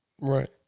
Right